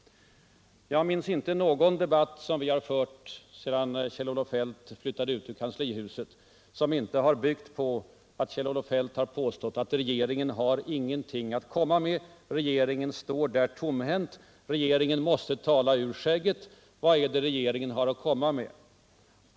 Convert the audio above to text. Det har inte förts någon debatt efter det att Kjell-Olof Feldt flyttade ut ur kanslihuset, som inte har byggt på hans påståenden att regeringen inte kar någonting att komma med: Regeringen står tomhänt. Regeringen måste tala ur skägget. Vad är det regeringen har att komma med?